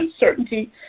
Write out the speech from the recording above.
uncertainty